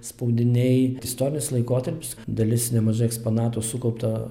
spaudiniai istorinis laikotarpis dalis nemažai eksponatų sukaupta